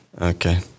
Okay